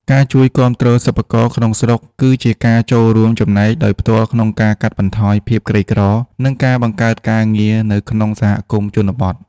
ការជួយគាំទ្រសិប្បករក្នុងស្រុក គឺជាការចូលរួមចំណែកដោយផ្ទាល់ក្នុងការកាត់បន្ថយភាពក្រីក្រ និងការបង្កើតការងារនៅក្នុងសហគមន៍ជនបទ។